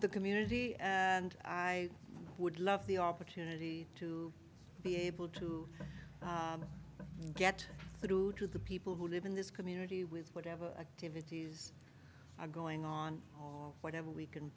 the community and i would love the opportunity to be able to get through to the people who live in this community with whatever a pivot to use going on whatever we can